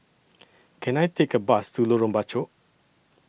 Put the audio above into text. Can I Take A Bus to Lorong Bachok